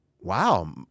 wow